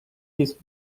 his